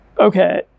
Okay